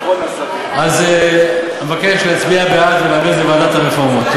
אז אני מבקש להצביע בעד ולהביא את זה לוועדת הרפורמות.